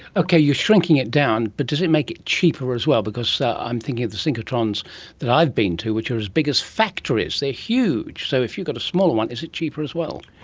okay, you're shrinking it down, but does it make it cheaper as well, because so i'm thinking of the synchrotrons that i've been to which are as big as factories, they're huge. so if you've got a smaller one, is it cheaper as well?